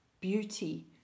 beauty